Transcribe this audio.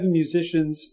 musicians